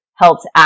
Helps